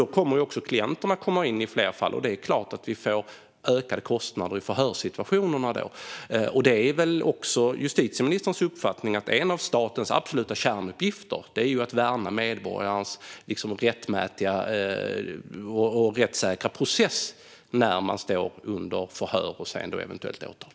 Då kommer också klienterna att komma in i fler fall, och då är det klart att vi får ökade kostnader i förhörssituationerna. Det är väl också justitieministerns uppfattning att en av statens absoluta kärnuppgifter är att värna medborgarens rätt till en rättssäker process när man står under förhör och sedan eventuellt åtal.